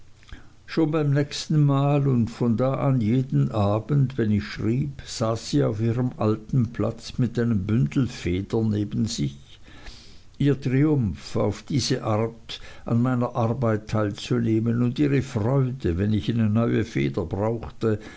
schon beim nächsten mal und von da an jeden abend wenn ich schrieb saß sie auf ihrem alten platze mit einem bündel federn neben sich ihr triumph auf diese art an meiner arbeit teilzunehmen und ihre freude wenn ich eine neue feder brauchte